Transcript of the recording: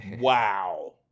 Wow